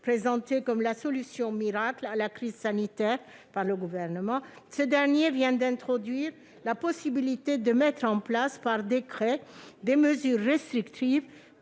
présenté comme la solution miracle à la crise sanitaire par le Gouvernement, ce dernier vient d'introduire la possibilité de mettre en place, par décret, des mesures restrictives